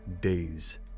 days